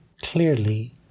clearly